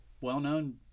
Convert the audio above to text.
well-known